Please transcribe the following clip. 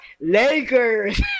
Lakers